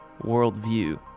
worldview